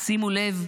שימו לב,